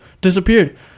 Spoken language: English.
disappeared